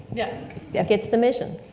yeah that gets the mission.